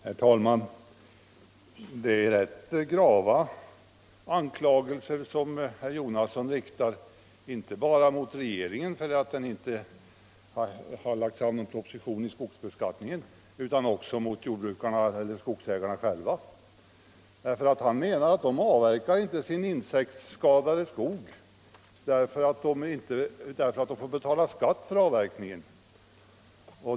Herr talman! Det är rätt grava anklagelser som herr Jonasson riktar, inte bara mot regeringen för att denna inte har lagt fram någon proposition i fråga om skogsbeskattningen, utan också mot skogsägarna själva. Herr Jonasson säger att skogsägarna inte avverkar sin insektsskadade skog bara därför att de får betala skatt på inkomsten av avverkningen.